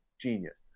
Genius